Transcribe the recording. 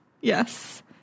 Yes